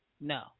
no